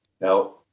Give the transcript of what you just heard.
Now